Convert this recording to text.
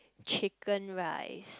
chicken-rice